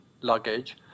luggage